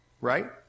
right